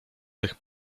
tych